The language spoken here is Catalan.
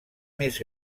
més